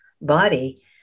body